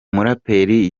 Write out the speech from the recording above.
muraperi